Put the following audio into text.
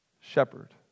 shepherd